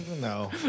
No